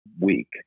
week